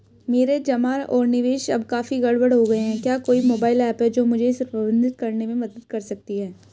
मेरे जमा और निवेश अब काफी गड़बड़ हो गए हैं क्या कोई मोबाइल ऐप है जो मुझे इसे प्रबंधित करने में मदद कर सकती है?